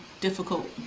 difficult